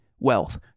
wealth